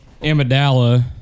Amidala